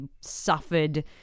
suffered